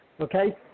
Okay